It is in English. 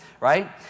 right